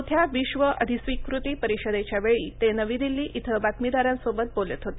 चौथ्या विश्व अधिस्विकृती परिषदेच्या वेळी ते नवी दिल्ली धि बातमीदारांसोबत बोलत होते